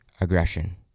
aggression